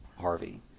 harvey